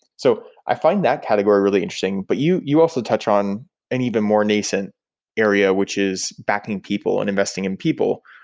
so i find that category really interesting, but you you also touch on an even more nascent area, which is backing people and investing in people.